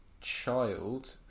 child